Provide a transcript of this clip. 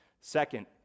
second